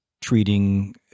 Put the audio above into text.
treating